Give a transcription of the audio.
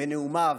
בנאומיו,